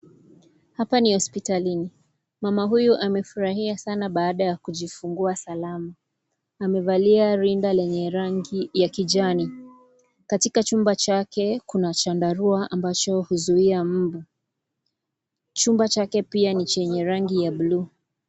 Hapa ni hospitalini. Mama huyu amefurahia sana baada ya kujifungua salama. Amevalia rinda lenye rangi ya kijani. Katika chumba chake kuna chandarua ambacho huzuia mbu. Chumba chake pia ni chenye rangi ya (cs)blue(cs).